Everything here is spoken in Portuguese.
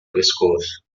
pescoço